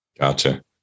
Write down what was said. Gotcha